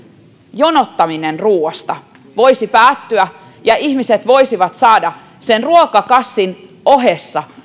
jonottaminen ruoasta voisi päättyä ja ihmiset voisivat saada sen ruokakassin ohessa